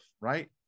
right